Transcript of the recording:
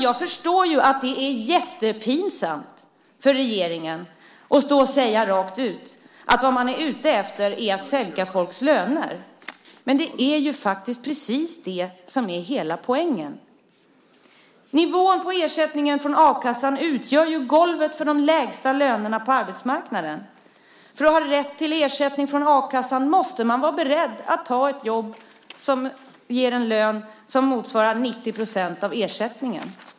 Jag förstår att det är jättepinsamt för regeringen att rakt ut säga att vad man är ute efter är att sänka folks löner, men det är faktiskt precis det som är hela poängen. Nivån på ersättningen från a-kassan utgör ju golvet för de lägsta lönerna på arbetsmarknaden. För att ha rätt till ersättning från a-kassan måste man vara beredd att ta ett jobb som ger en lön som motsvarar 90 % av ersättningen.